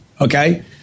okay